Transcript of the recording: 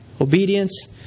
obedience